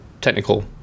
technical